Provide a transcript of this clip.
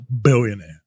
billionaire